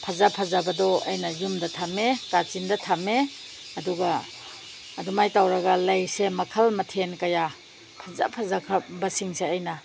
ꯐꯖ ꯐꯖꯕꯗꯣ ꯑꯩꯅ ꯌꯨꯝꯗ ꯊꯝꯃꯦ ꯀꯥꯆꯤꯟꯗ ꯊꯝꯃꯦ ꯑꯗꯨꯒ ꯑꯗꯨꯃꯥꯏꯅ ꯇꯧꯔꯒ ꯂꯩꯁꯦ ꯃꯈꯜ ꯃꯊꯦꯜ ꯀꯌꯥ ꯐꯖ ꯐꯖꯈ꯭ꯔꯕ ꯁꯤꯡꯁꯦ ꯑꯩꯅ